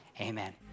amen